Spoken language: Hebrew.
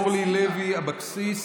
אורלי לוי אבקסיס,